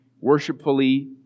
worshipfully